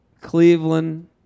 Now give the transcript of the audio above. Cleveland